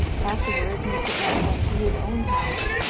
afterwards, mr. m. went to his own house,